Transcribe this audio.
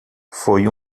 foi